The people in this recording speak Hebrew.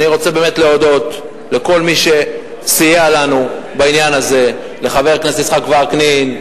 אני רוצה להודות לכל מי שסייע לנו בעניין הזה: לחבר הכנסת יצחק וקנין,